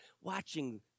watching